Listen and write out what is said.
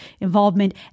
involvement